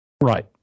Right